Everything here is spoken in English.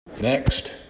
Next